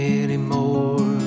anymore